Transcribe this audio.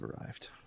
arrived